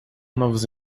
novos